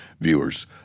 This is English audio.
viewers